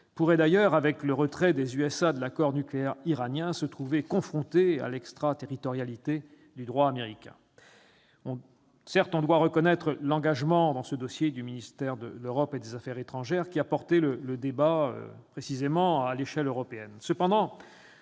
pourraient d'ailleurs, avec le retrait des États-Unis de l'accord sur le nucléaire iranien, se trouver confrontées à l'extraterritorialité du droit américain. Certes, on doit reconnaître l'engagement dans ce dossier du ministère de l'Europe et des affaires étrangères, qui a porté le débat à l'échelle européenne.